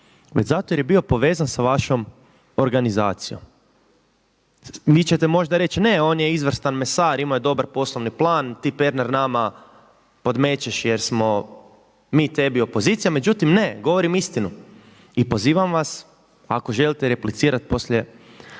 već zato jer je bio povezan sa vašom organizacijom. Vi ćete možda reći ne on je izvrstan mesar, imao je dobar poslovni plan, ti Pernar nama podmećeš jer smo mi tebi opozicija, međutim ne govorim istinu. I pozivam vas ako želite replicirati poslije